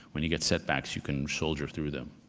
when you get setbacks, you can soldier through them.